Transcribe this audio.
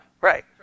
Right